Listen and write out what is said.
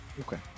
Okay